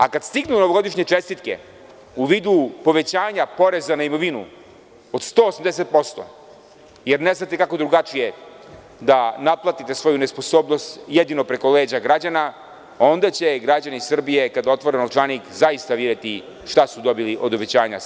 A kada stignu novogodišnje čestitke u vidu povećanja poreza na imovinu od 180%, jer ne znate kako drugačije da naplatite svoju nesposobnost, jedino preko leđa građana, onda će građani Srbije, kada otvore novčanik, zaista videti šta su dobili od obećanja SNS.